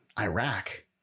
Iraq